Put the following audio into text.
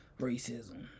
racism